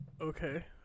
Okay